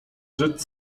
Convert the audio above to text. rzecz